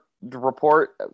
report